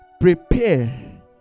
prepare